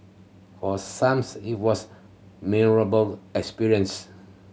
for some it was memorable experience